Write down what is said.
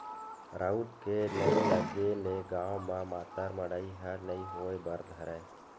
राउत के नइ लगे ले गाँव म मातर मड़ई ह नइ होय बर धरय